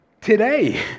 Today